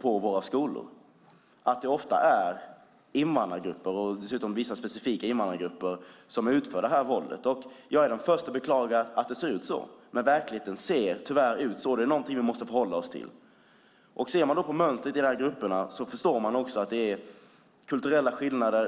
på våra skolor, att det ofta är invandrargrupper, dessutom vissa specifika invandrargrupper, som utför våldet. Jag är den förste att beklaga att det ser ut så, men tyvärr är det så verkligheten ser ut. Det är någonting vi måste förhålla oss till. Om man ser på mönstret i dessa grupper förstår man också att det handlar om kulturella skillnader.